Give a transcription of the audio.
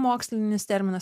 mokslinis terminas